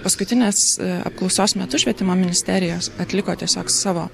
paskutinės apklausos metu švietimo ministerijos atliko tiesiog savo